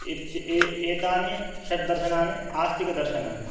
इति एतानि षड्दर्शनानि आस्तिकदर्शनानि